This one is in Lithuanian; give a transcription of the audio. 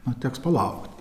o teks palaukti